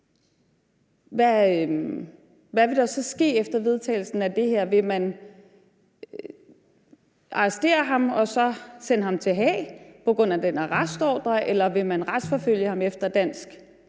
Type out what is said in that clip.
hvad vil der så ske efter vedtagelsen af det her? Vil man arrestere ham og så sende ham til Haag på grund af den arrestordre, eller vil man se på, om der er